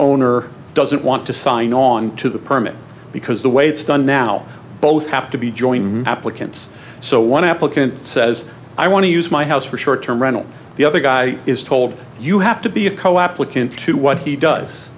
owner doesn't want to sign on to the permit because the way it's done now both have to be joint applicants so one applicant says i want to use my house for short term rental the other guy is told you have to be a co applicant to what he does